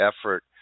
effort